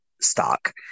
stock